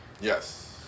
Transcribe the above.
Yes